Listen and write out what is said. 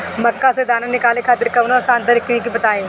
मक्का से दाना निकाले खातिर कवनो आसान तकनीक बताईं?